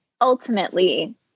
ultimately